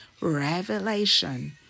Revelation